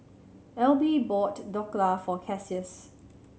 Elby bought Dhokla for Cassius